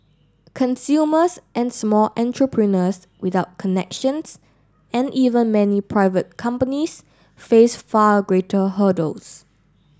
consumers and small entrepreneurs without connections and even many private companies face far greater hurdles